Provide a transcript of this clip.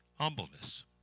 humbleness